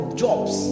jobs